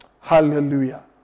Hallelujah